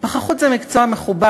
פחחות זה מקצוע מכובד,